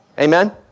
Amen